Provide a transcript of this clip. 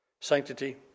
sanctity